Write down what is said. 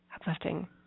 uplifting